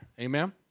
amen